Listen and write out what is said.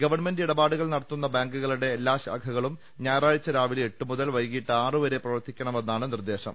government ഇടപാടുകൾ നടത്തുന്ന ബാങ്കുകളുടെ എല്ലാ ശാഖകളും ഞായറാഴ്ച രാവിലെ എട്ടു മുതൽ വൈകീട്ട് ആറുവരെ പ്രവർത്തിക്കണമെന്നാണ് നിർദേശം